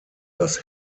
das